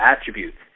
attributes